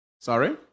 Sorry